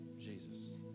Jesus